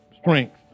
strength